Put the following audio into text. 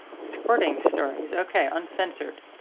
squirting stories ok, uncensored.